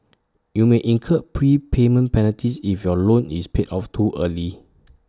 you may incur prepayment penalties if your loan is paid off too early